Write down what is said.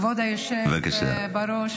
כבוד היושב בראש,